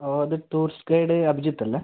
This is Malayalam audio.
ആ ഇത് ടൂറിസ്റ്റ് ഗൈഡ് അഭിജിത്ത് അല്ലേ